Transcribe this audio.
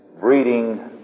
breeding